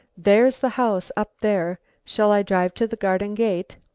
there's the house up there. shall i drive to the garden gate?